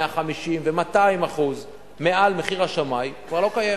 150% ו-200% מעל מחיר השמאי כבר לא קיימת.